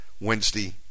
Wednesday